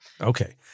Okay